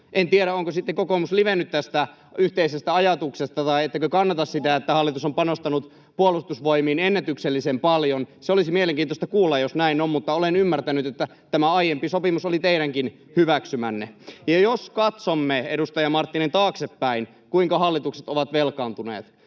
En tiedä, onko sitten kokoomus livennyt tästä yhteisestä ajatuksesta tai ettekö kannata sitä, että hallitus on panostanut Puolustusvoimiin ennätyksellisen paljon. Se olisi mielenkiintoista kuulla, jos näin on. Mutta olen ymmärtänyt, että tämä aiempi sopimus oli teidänkin hyväksymänne. Ja jos katsomme, edustaja Marttinen, taaksepäin, kuinka hallitukset ovat velkaantuneet,